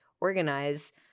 organize